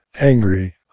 angry